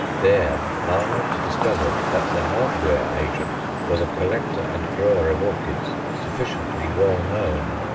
there arnold discovered that the hardware agent was a collector and grower of orchids sufficiently well known.